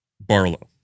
Barlow